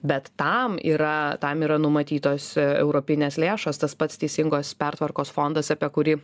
bet tam yra tam yra numatytos europinės lėšos tas pats teisingos pertvarkos fondas apie kurį